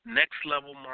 next-level